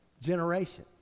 generation